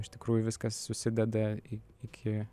iš tikrųjų viskas susideda į iki